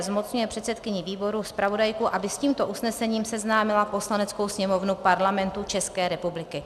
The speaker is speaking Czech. Zmocňuje předsedkyni výboru zpravodajku, aby s tímto usnesením seznámila Poslaneckou sněmovnu Parlamentu České republiky.